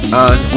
on